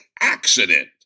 accident